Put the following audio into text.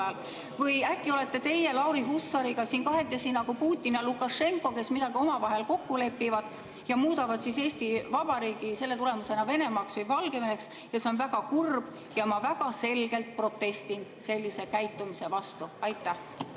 Või äkki olete teie Lauri Hussariga siin kahekesi Putin ja Lukašenko, kes midagi omavahel kokku lepivad ja muudavad Eesti Vabariigi selle tulemusena Venemaaks või Valgeveneks? See on väga kurb ja ma väga selgelt protestin sellise käitumise vastu. Aitäh,